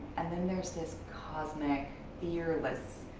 and then there's this cosmic fearless